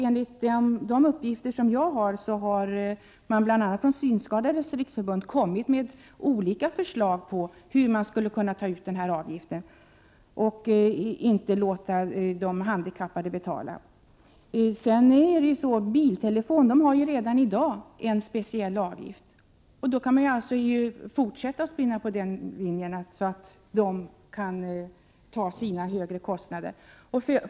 Enligt de uppgifter som jag har, har man bl.a. från Synskadades riksförbund kommit med olika förslag till hur man skall kunna ta ut en sådan avgift för att inte låta de handikappade betala. Biltelefoner har ju redan i dag en speciell avgift, och man kan alltså spinna vidare på den linjen. De kan fortsätta att stå för sina högre kostnader.